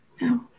No